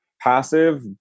passive